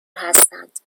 هستند